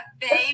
baby